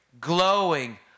glowing